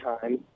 time